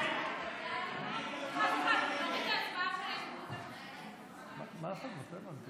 ההצעה להעביר את